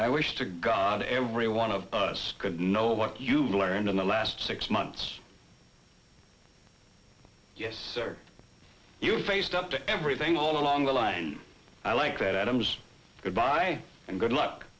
i wish to god every one of us could know what you've learned in the last six months yes sir you faced up to everything all along the line i like that adams goodbye and good luck